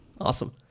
Awesome